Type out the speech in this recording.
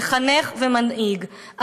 מחנך ומנהיג,